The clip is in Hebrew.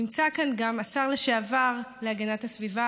נמצא כאן גם השר לשעבר להגנת הסביבה,